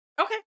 Okay